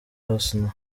asnah